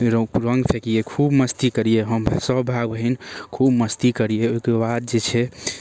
रङ्ग फेकियै खूब मस्ती करियै हम सब भाय बहिन खूब मस्ती करियै ओहीकेबाद जे छै